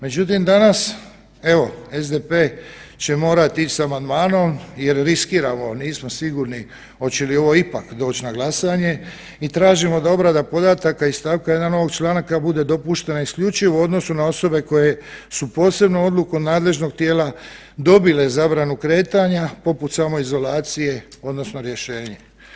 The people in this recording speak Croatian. Međutim, danas SDP će morat ići s amandmanom jer riskiramo, nismo sigurni hoće li ovo ipak doći na glasanje i tražimo da obrada podataka i st. 1. ovog članka bude dopuštena isključivo u odnosu na osobe koje su posebnom odlukom nadležnog tijela dobile zabranu kretanja, poput samoizolacije odnosno rješenje.